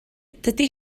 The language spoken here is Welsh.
dydy